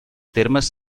termes